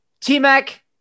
T-Mac